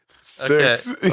six